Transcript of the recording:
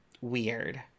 weird